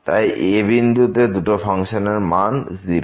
তাই a বিন্দুতে দুটো ফাংশানের মান 0